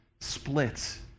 splits